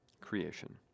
creation